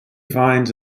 finds